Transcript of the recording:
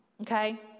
okay